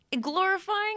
glorifying